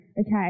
okay